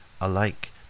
alike